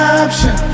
option